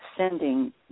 Sending